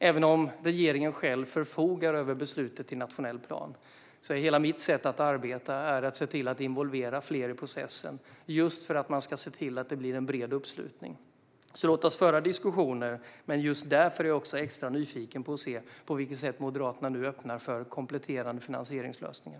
Även om regeringen själv förfogar över beslutet i nationell plan är hela mitt sätt att arbeta att se till att involvera fler i processen, just för att man ska se till att det blir en bred uppslutning. Låt oss föra diskussioner! Därför är jag extra nyfiken på att höra på vilket sätt Moderaterna nu öppnar för kompletterande finansieringslösningar.